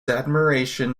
admiration